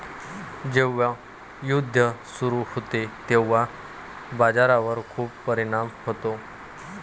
जेव्हा युद्ध सुरू होते तेव्हा बाजारावर खूप परिणाम होतो